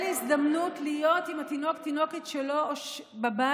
הזדמנות להיות עם התינוק או התינוקת שלו בבית,